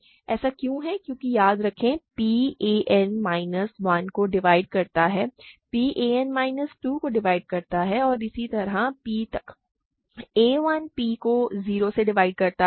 क्योंकि याद रखें p a n माइनस 1 को डिवाइड करता है p a n माइनस 2 को डिवाइड करता है और इसी तरह p तक a 1 p को 0 से डिवाइड करता है